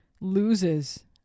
loses